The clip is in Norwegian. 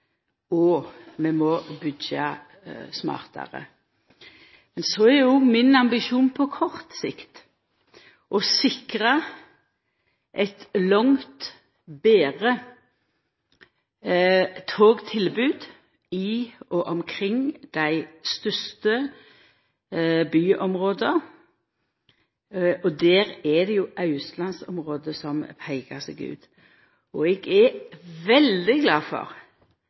og vi må byggja smartare. Min ambisjon på kort sikt er å sikra eit langt betre togtilbod i og omkring dei største byområda, og her er det jo austlandsområdet som peikar seg ut. Eg er veldig glad for